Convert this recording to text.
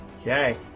Okay